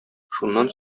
шуннан